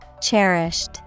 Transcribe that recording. Cherished